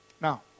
Now